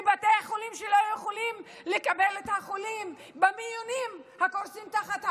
בתי החולים לא יכולים לקבל את החולים והמיונים הקורסים תחת העומס.